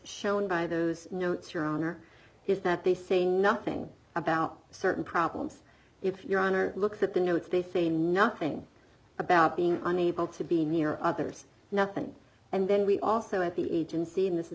shown by those notes your honor is that they say nothing about certain problems if your honor looks at the notes they say nothing about being unable to be near others nothing and then we also at the agency in this is